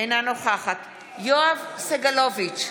אינה נוכחת יואב סגלוביץ'